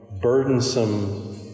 burdensome